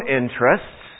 interests